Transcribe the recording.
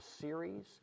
series